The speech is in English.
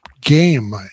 game